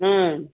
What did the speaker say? ஆ